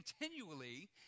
continually